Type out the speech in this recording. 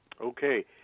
Okay